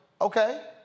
okay